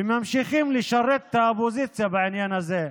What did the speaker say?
וממשיכים לשרת את האופוזיציה בעניין הזה.